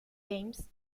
games